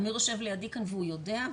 אמיר יושב לידי כאן והוא יודע.